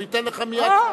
הוא ייתן לך מייד סעד.